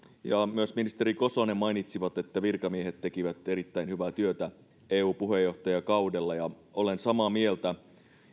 ja myös ministeri kosonen mainitsivat että virkamiehet tekivät erittäin hyvää työtä eu puheenjohtajakaudella ja olen samaa mieltä